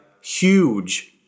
Huge